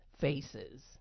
faces